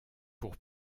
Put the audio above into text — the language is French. pour